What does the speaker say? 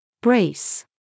Brace